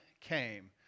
came